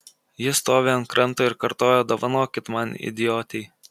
ji stovi ant kranto ir kartoja dovanokit man idiotei